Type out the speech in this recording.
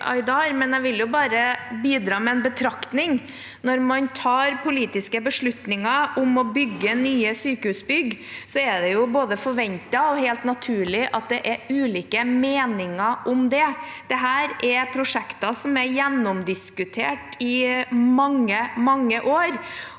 jeg vil bidra med en betraktning: Når man tar politiske beslutninger om å bygge nye sykehusbygg, er det både forventet og helt naturlig at det er ulike meninger om det. Dette er prosjekter som er gjennomdiskutert i mange, mange år.